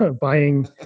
buying